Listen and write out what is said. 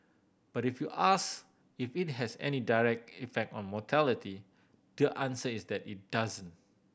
but if you ask if it has any direct effect on mortality the answer is that it doesn't